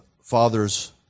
father's